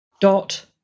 Dot